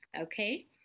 okay